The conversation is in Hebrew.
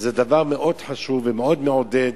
זה דבר מאוד חשוב ומאוד מעודד.